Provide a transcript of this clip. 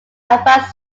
advanced